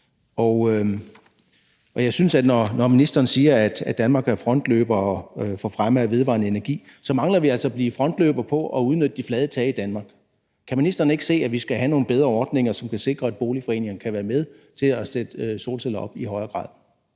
rigtig ærgerligt. Når ministeren siger, at Danmark er frontløber for fremme af vedvarende energi, så synes jeg altså, at vi mangler at blive frontløber på at udnytte de flade tage i Danmark. Kan ministeren ikke se, at vi skal have nogle bedre ordninger, som kan sikre, at boligforeningerne kan være med til at sætte solceller op i højere grad?